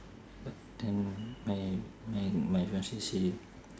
but then my my my fiancee say